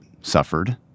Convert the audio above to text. suffered